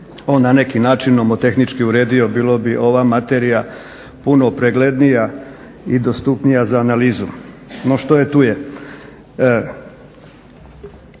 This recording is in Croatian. na neki način nomotehnički uredio bilo bi ova materija puno preglednija i dostupnija za analizu. No što je tu je.